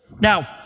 Now